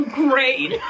great